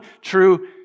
true